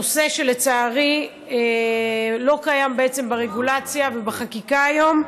נושא שלצערי לא קיים ברגולציה ובחקיקה היום,